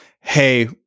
hey